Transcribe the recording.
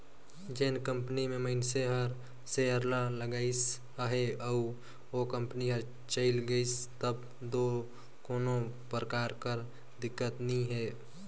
जेन कंपनी में मइनसे हर सेयर ल लगाइस अहे अउ ओ कंपनी हर चइल गइस तब दो कोनो परकार कर दिक्कत नी हे